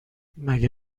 مگه